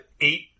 eight